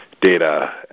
data